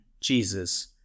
Jesus